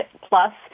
Plus